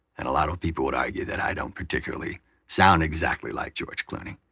and a lot of people would argue that i don't particularly sound exactly like george clooney,